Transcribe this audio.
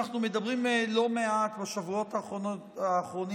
אנחנו מדברים לא מעט בשבועות האחרונים,